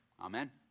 Amen